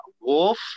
wolf